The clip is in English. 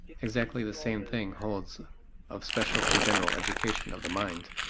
exactly the same thing holds of special and general education of the mind.